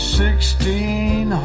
sixteen